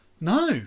No